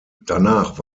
danach